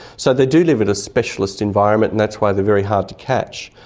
so they do live in a specialist environment, and that's why they're very hard to catch.